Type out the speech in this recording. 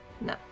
No